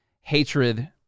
hatred